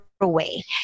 away